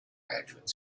graduate